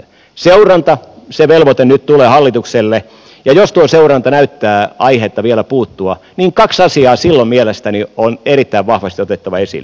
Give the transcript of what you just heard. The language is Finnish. seuranta se velvoite nyt tulee hallitukselle ja jos tuo seuranta näyttää aihetta vielä puuttua niin kaksi asiaa silloin mielestäni on erittäin vahvasti otettava esille